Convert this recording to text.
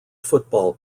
football